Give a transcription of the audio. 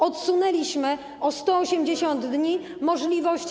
Odsunęliśmy o 180 dni możliwość.